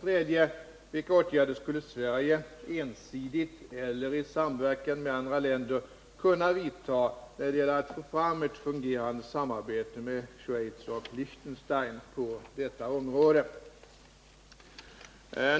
3. Vilka åtgärder skulle Sverige, ensidigt eller i samverkan med andra länder, kunna vidta när det gäller att få fram ett fungerande samarbete med Schweiz och Liechtenstein på detta område?